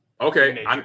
okay